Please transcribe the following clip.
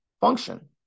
function